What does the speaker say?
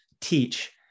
teach